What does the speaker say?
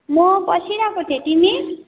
म बसिरहेको थिएँ तिमी